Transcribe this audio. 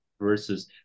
versus